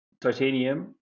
titanium